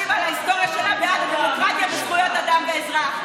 ועל ההיסטוריה שלה בעד דמוקרטיה וזכויות אדם ואזרח.